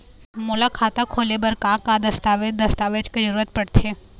मोला खाता खोले बर का का दस्तावेज दस्तावेज के जरूरत पढ़ते?